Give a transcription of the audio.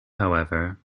however